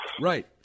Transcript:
Right